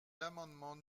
l’amendement